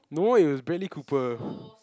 no it was Bradley-Cooper